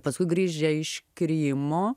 paskui grįžę iš krymo